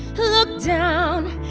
look down.